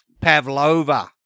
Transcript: Pavlova